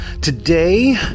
Today